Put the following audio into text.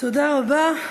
תודה רבה.